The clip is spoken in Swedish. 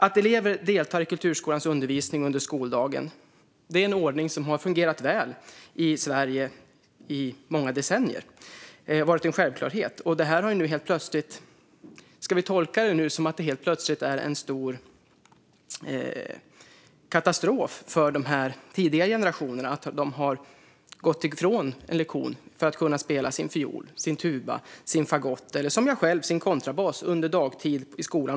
Att elever deltar i kulturskolans undervisning under skoldagen är en ordning som har fungerat väl i Sverige under många decennier. Det har varit en självklarhet. Ska vi tolka det som att det helt plötsligt är en stor katastrof för de tidigare generationerna att de har fått gå ifrån en lektion för att kunna spela sin fiol, tuba, fagott eller kontrabas, som jag spelade, på dagtid i skolan?